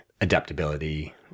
adaptability